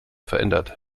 verändert